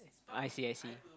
I see I see